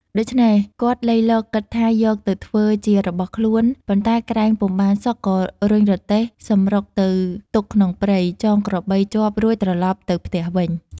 ដូច្នេះគាត់លៃលកគិតថាយកទៅធ្វើជារបស់ខ្លួនប៉ុន្តែក្រែងពុំបានសុខក៏រុញរទេះសំរុកទៅទុកក្នុងព្រៃ ចងក្របីជាប់រួចត្រឡប់ទៅផ្ទះវិញ ។